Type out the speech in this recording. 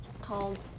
called